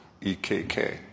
EKK